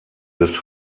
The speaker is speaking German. des